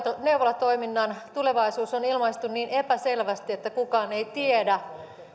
neuvolatoiminnan tulevaisuus on ilmaistu niin epäselvästi että kukaan ei tiedä